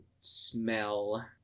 smell